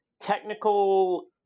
technical